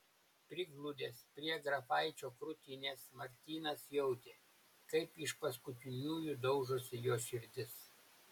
prigludęs prie grafaičio krūtinės martynas jautė kaip iš paskutiniųjų daužosi jo širdis